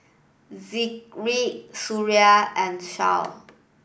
Zikri Suria and Shah